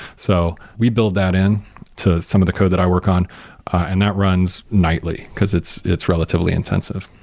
so we build that in to some of the code that i work on and that runs nightly, because it's it's relatively intensive.